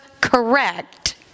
correct